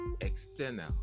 external